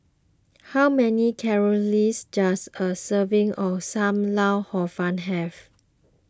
how many calories does a serving of Sam Lau Hor Fun have